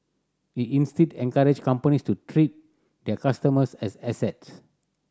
he instead encouraged companies to treat their customers as assets